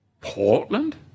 Portland